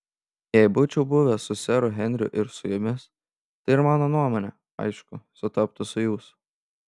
jei būčiau buvęs su seru henriu ir su jumis tai ir mano nuomonė aišku sutaptų su jūsų